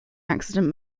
accident